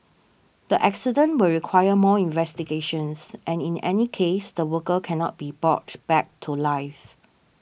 the accident will require more investigations and in any case the worker cannot be brought back to life